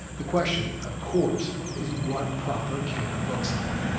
the question, of course, is what proper care looks like